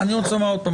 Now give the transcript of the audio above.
יש לחשוב על זה.